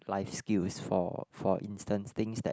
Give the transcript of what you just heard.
life skills for for instant things that